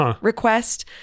request